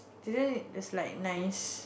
then its like nice